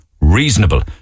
reasonable